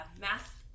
math